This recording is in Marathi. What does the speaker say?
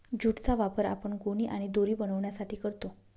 ज्यूट चा वापर आपण गोणी आणि दोरी बनवण्यासाठी करतो